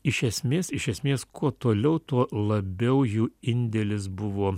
iš esmės iš esmės kuo toliau tuo labiau jų indėlis buvo